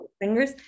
fingers